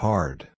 Hard